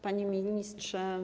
Panie Ministrze!